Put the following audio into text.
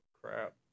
crap